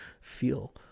feel